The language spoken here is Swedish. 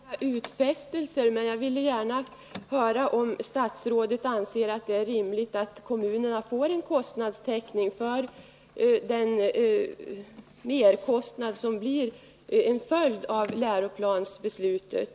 Herr talman! Jag kräver inga utfästelser, men jag är angelägen om att få höra om statsrådet anser att det är rimligt att kommunerna får en kostnadstäckning för den merkostnad som blir en följd av läroplansbeslutet.